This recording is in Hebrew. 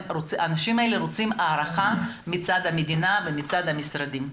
הם רוצים הערכה מצד המדינה ומצד המשרדים.